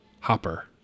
Hopper